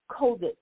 COVID